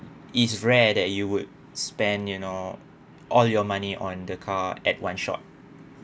is rare that you would spend you know all your money on the car at one shot